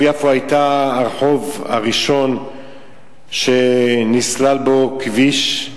יפו היה הרחוב הראשון שנסלל בו כביש,